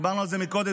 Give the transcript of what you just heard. דיברנו על קודם,